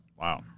Wow